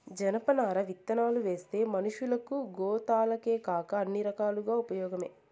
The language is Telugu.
జనపనార విత్తనాలువేస్తే మనషులకు, గోతాలకేకాక అన్ని రకాలుగా ఉపయోగమే